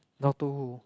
Doctor Who